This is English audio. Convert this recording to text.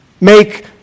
make